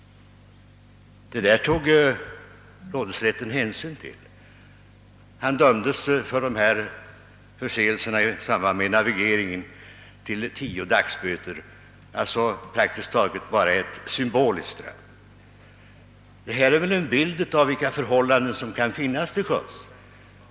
Detta tog också rådhusrätten hänsyn till. Befälhavaren dömdes till tio dags böter för dessa förseelser i samband med navigeringen, alltså praktiskt taget bara ett symboliskt straff. Detta ger väl en bild av vilka förhållanden som kan råda till sjöss.